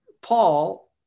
Paul